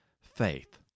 faith